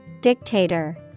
Dictator